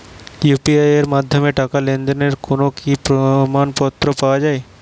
UPI এর মাধ্যমে টাকা লেনদেনের কোন কি প্রমাণপত্র পাওয়া য়ায়?